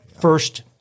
First